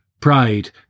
Pride